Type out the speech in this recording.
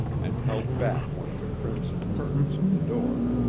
and held back one of the crimson curtains of the door.